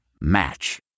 Match